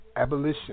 Abolition